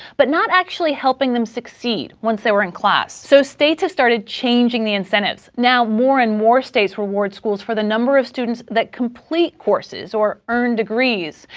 but not actually helping them succeed once they were in class. so states have started changing the incentives. now, more and more states reward schools for the number of students that complete courses or earn degrees.